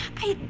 i